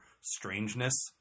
strangeness